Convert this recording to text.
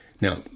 Now